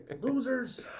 losers